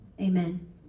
amen